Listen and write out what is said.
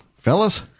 Fellas